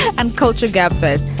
and culture gabfest.